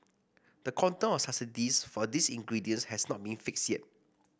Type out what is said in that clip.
the quantum subsidies for these ingredients has not been fixed yet